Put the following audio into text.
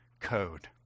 code